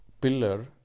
pillar